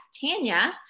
Tanya